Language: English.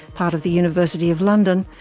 part of the university of london,